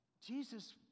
Jesus